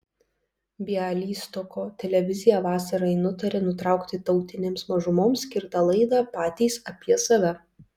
bialystoko televizija vasarai nutarė nutraukti tautinėms mažumoms skirtą laidą patys apie save